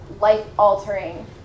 life-altering